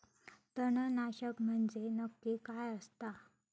तणनाशक म्हंजे नक्की काय असता?